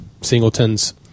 singletons